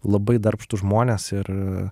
labai darbštūs žmonės ir